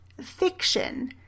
Fiction